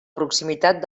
proximitat